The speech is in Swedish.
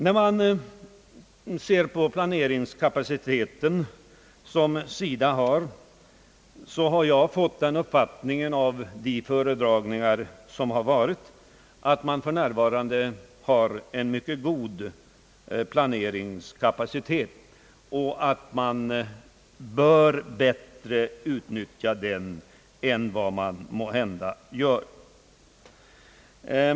Beträffande SIDA:s planeringskapacitet har jag fått den uppfattningen av de föredragningar som ägt rum, att SIDA för närvarande har en mycket god planeringskapacitet och att man bör bättre utnyttja den än vad man måhända gör.